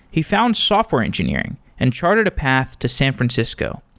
he found software engineering and chartered a path to san francisco,